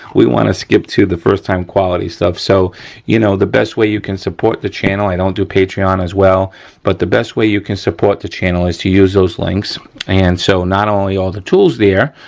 we wanna skip to the first time quality stuff so you know, the best way you can support the channel i don't do patrion as well but the best way you can support the channel is to use those links and so, not only are the tools there,